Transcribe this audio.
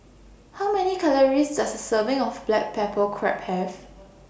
How Many Calories Does A Serving of Black Pepper Crab Have